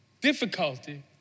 difficulty